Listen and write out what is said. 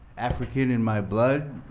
african in my blood.